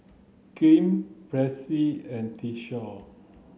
Kem Presley and Tyshawn